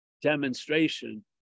demonstration